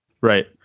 Right